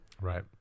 Right